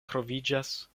troviĝas